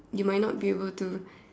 you might be able to